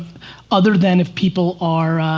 other than if people are,